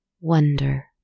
wonder